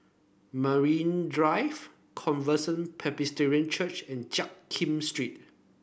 Marine Drive Covenant Presbyterian Church and Jiak Kim Street